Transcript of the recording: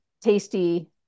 tasty